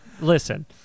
listen